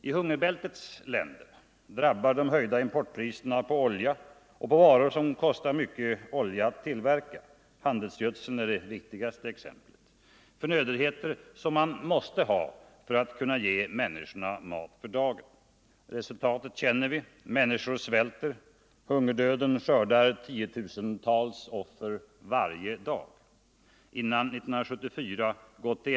I hungerbältets länder drabbar de höjda importpriserna på olja och på varor som kostar mycket olja att tillverka — handelsgödseln är det viktigaste exemplet — förnödenheter som man måste ha för att kunna ge människorna mat för dagen. Resultatet känner vi. Människor svälter. Hungerdöden skördar tiotusentals offer — varje dag. Innan 1974 gått till.